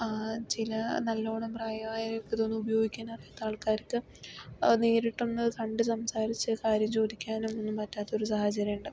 അ ചില നല്ലോണം പ്രായമായവർക്ക് ഇതൊന്നും ഉപയോഗിക്കാനറിയത്ത ആൾക്കാർക്ക് നേരിട്ടൊന്ന് കണ്ട് സംസാരിച്ച് കാര്യം ചോദിക്കാനും ഒന്നും പറ്റാത്തൊരു സാഹചര്യം ഉണ്ടാകും